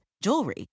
jewelry